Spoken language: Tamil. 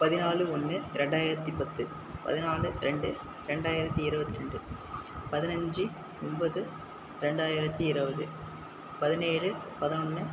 பதினாலு ஒன்று ரெண்டாயிரத்தி பத்து பதினாலு ரெண்டு ரெண்டாயிரத்தி இருவத்தி ரெண்டு பதினஞ்சு ஒன்பது ரெண்டாயிரத்தி இருபது பதினேழு பதினொன்னு